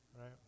Right